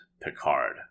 Picard